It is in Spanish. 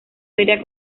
feria